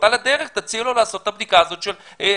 כלומר אתה סומך למעשה על התשובה הזאת של קופות